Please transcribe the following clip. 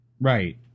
Right